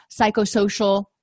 psychosocial